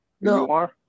No